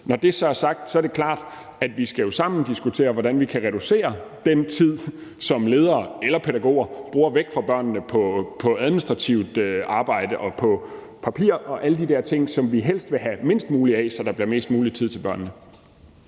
Når det så er sagt, er det klart, at vi jo sammen skal diskutere, hvordan vi kan reducere den tid, som ledere eller pædagoger bruger væk fra børnene på administrativt arbejde og på papir og alle de der ting, som vi helst vil have mindst muligt af – så der bliver mest mulig tid til børnene.